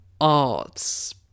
arts